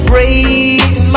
Breathe